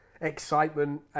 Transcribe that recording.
excitement